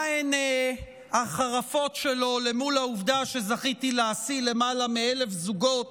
מהן החרפות שלו למול העובדה שזכיתי להשיא למעלה מ-1,000 זוגות